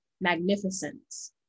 magnificence